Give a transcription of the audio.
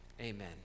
Amen